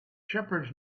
shepherds